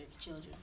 children